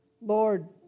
Lord